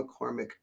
McCormick